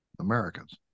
americans